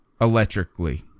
electrically